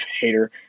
hater